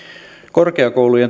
korkeakoulujen